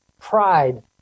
pride